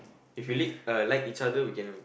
if you l~ ah like each other we can